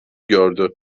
gördü